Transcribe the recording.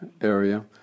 area